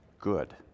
good